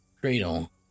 cradle